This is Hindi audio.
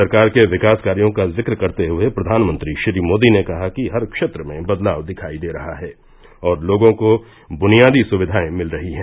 सरकार के विकास कार्यों का जिक्र करते हुए प्रधानमंत्री श्री मोदी ने कहा कि हर क्षेत्र में बदलाव दिखाई दे रहा है और लोगों को बुनियादी सुविधाएं मिल रही हैं